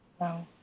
No